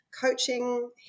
coaching